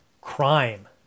crime